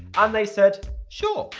and they said sure,